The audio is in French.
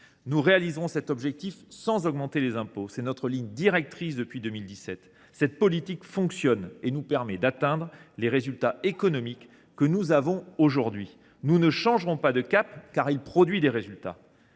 Nous atteindrons cet objectif sans augmenter les impôts. C’est notre ligne directrice depuis 2017. Cette politique fonctionne et nous permet d’atteindre les résultats économiques que nous avons aujourd’hui. Nous ne changerons pas de cap, car nous obtenons des résultats